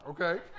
okay